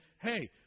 hey